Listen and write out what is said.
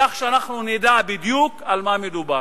כך שאנחנו נדע בדיוק על מה מדובר.